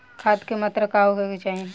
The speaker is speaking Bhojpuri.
खाध के मात्रा का होखे के चाही?